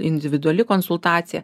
individuali konsultacija